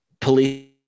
police